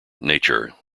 nature